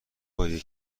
باری